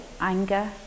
anger